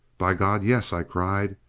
by god, yes! i cried.